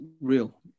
real